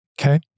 Okay